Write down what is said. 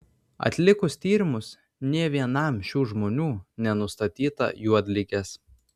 atlikus tyrimus nė vienam šių žmonių nenustatyta juodligės